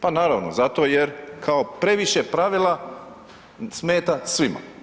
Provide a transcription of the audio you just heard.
Pa naravno zato jer kao previše pravila smeta svima.